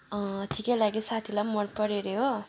ठिकै लाग्यो साथीलाई पनि मनपर्यो अरे हो